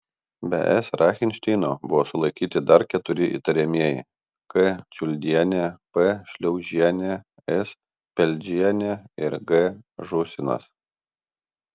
be s rachinšteino buvo sulaikyti dar keturi įtariamieji k čiuldienė p šliaužienė s peldžienė g žūsinas